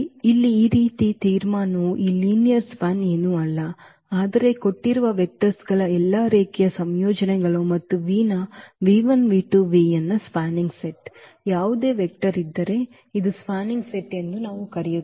ಇಲ್ಲಿ ಈ ತೀರ್ಮಾನವು ಈ linear span ಏನೂ ಅಲ್ಲ ಆದರೆ ಕೊಟ್ಟಿರುವ vectors ಗಳ ಎಲ್ಲಾ ರೇಖೀಯ ಸಂಯೋಜನೆಗಳು ಮತ್ತು v ಯ spanning set ಯಾವುದೇ ವೆಕ್ಟರ್ ಇದ್ದರೆ ಇದು spanning set ಎಂದು ನಾವು ಕರೆಯುತ್ತೇವೆ